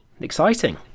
exciting